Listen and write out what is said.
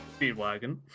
Speedwagon